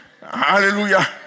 Hallelujah